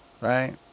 right